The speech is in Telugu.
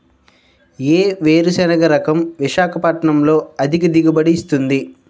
ఏ వేరుసెనగ రకం విశాఖపట్నం లో అధిక దిగుబడి ఇస్తుంది?